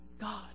God